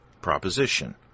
proposition